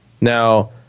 Now